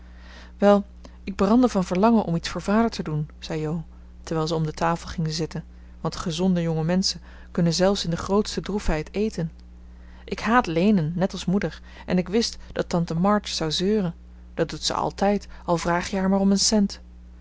wel ik brandde van verlangen om iets voor vader te doen zei jo terwijl zij om de tafel gingen zitten want gezonde jonge menschen kunnen zelfs in de grootste droefheid eten ik haat leenen net als moeder en ik wist dat tante march zou zeuren dat doet zij altijd al vraag je haar maar om een cent